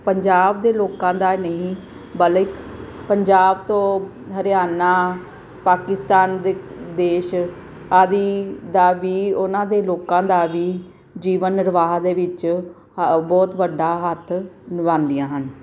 ਪੰਜਾਬ ਦੇ ਲੋਕਾਂ ਦਾ ਨਹੀਂ ਬਲਕਿ ਪੰਜਾਬ ਤੋਂ ਹਰਿਆਣਾ ਪਾਕਿਸਤਾਨ ਦ ਦੇਸ਼ ਆਦਿ ਦਾ ਵੀ ਉਹਨਾਂ ਦੇ ਲੋਕਾਂ ਦਾ ਵੀ ਜੀਵਨ ਨਿਰਵਾਹ ਦੇ ਵਿੱਚ ਹ ਬਹੁਤ ਵੱਡਾ ਹੱਥ ਨਿਭਾਉਂਦੀਆਂ ਹਨ